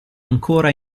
ancora